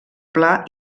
pla